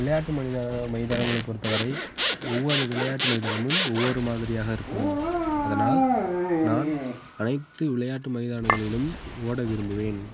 விளையாட்டு மனிதான மைதானங்களைப் பொறுத்தவரை ஒவ்வொரு விளையாட்டு மைதானமும் ஒவ்வொரு மாதிரியாக இருக்கும் அதனால் நான் அனைத்து விளையாட்டு மைதானங்களிலும் ஓட விரும்புவேன்